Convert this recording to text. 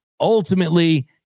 Ultimately